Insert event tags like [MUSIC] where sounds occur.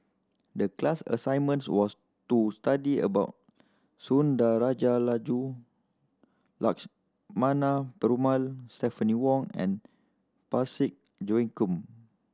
the class assignments was to study about Sundarajulu [UNINTELLIGIBLE] Lakshmana Perumal Stephanie Wong and Parsick Joaquim